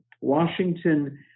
Washington